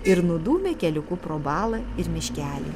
ir nudūmė keliuku pro balą ir miškelį